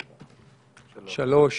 שלושה.